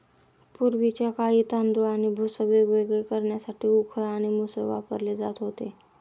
पूर्वीच्या काळी तांदूळ आणि भुसा वेगवेगळे करण्यासाठी उखळ आणि मुसळ वापरले जात होते